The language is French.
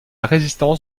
résistance